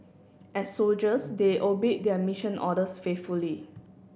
as soldiers they obeyed their mission orders faithfully